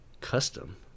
custom